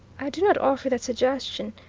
i do not offer that suggestion,